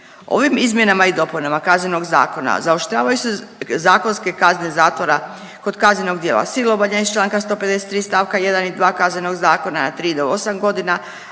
Ovim izmjenama i dopunama Kaznenog zakona zaoštravaju se zakonske kazne zatvora kod kaznenog djela silovanja iz Članka 153. stavak 1. i 2. Kaznenog zakona, na 3 do 8 godina,